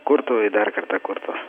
kurtų i dar kartą kurtų